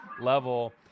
level